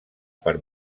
per